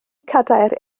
cadair